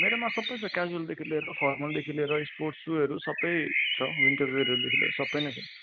मेरोमा सबै छ क्याजुअलदेखि लिएर फर्मलदेखि लिएर स्पोर्ट्स सुहरू सबै छ विन्टर वेयरहरूदेखि लिएर सबै नै छ